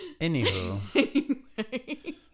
Anywho